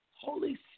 Holy